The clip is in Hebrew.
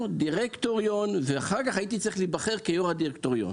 דירקטוריון ואחר כך הייתי צריך להיבחר כיו"ר הדירקטוריון,